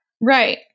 Right